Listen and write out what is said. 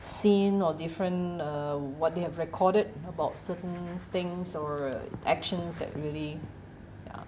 scene or different uh what they have recorded about certain things or actions that really ya